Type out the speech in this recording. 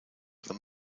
them